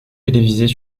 télévisés